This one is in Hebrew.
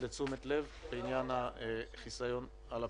תשומת הלב לעניין החיסיון בפרוטוקול.